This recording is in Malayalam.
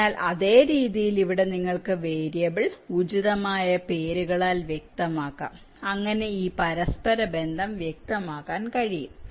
അതിനാൽ അതേ രീതിയിൽ ഇവിടെ നിങ്ങൾക്ക് വേരിയബിൾ ഉചിതമായ പേരുകളിൽ വ്യക്തമാക്കാം അങ്ങനെ ഈ പരസ്പരബന്ധം വ്യക്തമാക്കാൻ കഴിയും